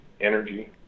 energy